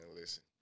Listen